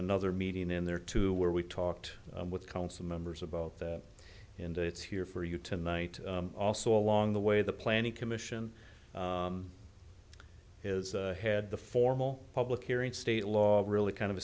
another meeting in there too where we talked with council members about that into it's here for you tonight also along the way the planning commission has had the formal public hearing state law really kind of